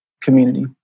community